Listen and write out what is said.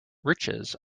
riches